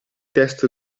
test